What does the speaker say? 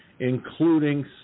including